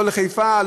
לא לחיפה,